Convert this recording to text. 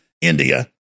India